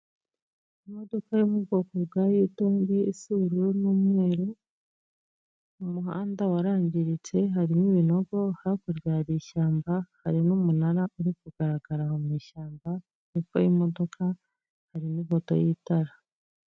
Imodoka yo mu bwoko bwa Yutong isa ubururu n'umweru, umuhanda warangiritse, harimo ibinogo hakurya hari ishyamba, hari n'umunara uri kugaragara aho mu ishyamba, hepfo y'imodoka hariho ipoto y'itara.